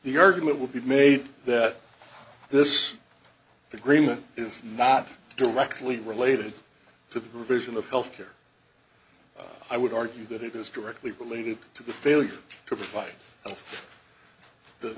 the argument will be made that this agreement is not directly related to the provision of health care i would argue that it is directly related to the failure to provide the